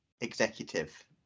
executive